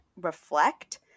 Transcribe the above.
reflect